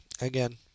again